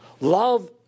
Love